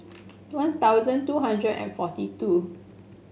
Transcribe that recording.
One Thousand two hundred and forty two